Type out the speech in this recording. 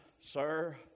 sir